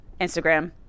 Instagram